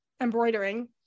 embroidering